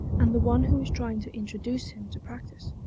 and the one who is trying to introduce him to practice,